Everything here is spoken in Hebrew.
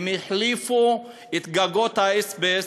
הם החליפו את גגות האזבסט,